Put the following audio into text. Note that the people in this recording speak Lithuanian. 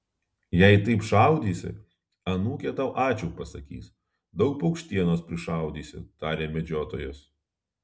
jei taip šaudysi anūkė tau ačiū pasakys daug paukštienos prišaudysi tarė medžiotojas